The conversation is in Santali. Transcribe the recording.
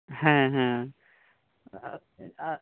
ᱦᱮᱸ ᱦᱮᱸ